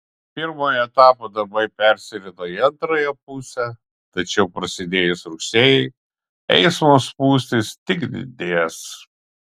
pirmojo etapo darbai persirito į antrąją pusę tačiau prasidėjus rugsėjui eismo spūstys tik didės